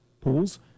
Pools